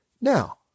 Now